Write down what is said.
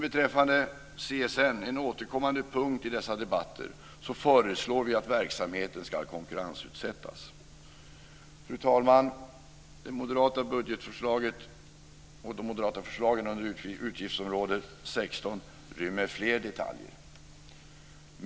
Beträffande CSN - en återkommande punkt i dessa debatter - föreslår vi att verksamheten ska konkurrensutsättas. Fru talman! Det moderata budgetförslaget och de moderata förslagen under utgiftsområde 16 rymmer fler detaljer.